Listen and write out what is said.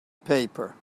paper